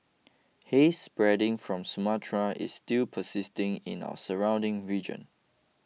haze spreading from Sumatra is still persisting in our surrounding region